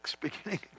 beginning